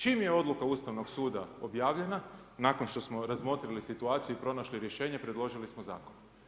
Čim je odluka Ustavnog suda objavljena nakon što smo razmotrili situaciju i pronašli rješenje predložili smo zakon.